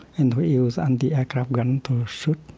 and we use anti-aircraft gun to shoot,